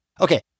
Okay